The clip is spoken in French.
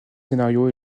scénario